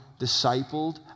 Discipled